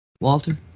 Walter